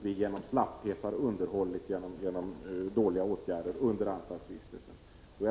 Vi skall inte underhålla deras missbruk genom slapphet under anstaltsvistelsen.